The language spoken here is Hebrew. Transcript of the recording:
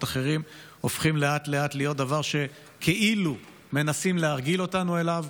אחרים הופכות לאט-לאט להיות דבר שכאילו מנסים להרגיל אותנו אליו.